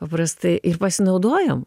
paprastai ir pasinaudojam